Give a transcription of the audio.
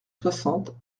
soixante